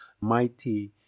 mighty